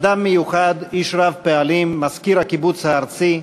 אדם מיוחד, איש רב-פעלים, מזכיר הקיבוץ הארצי,